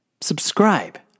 subscribe